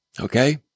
okay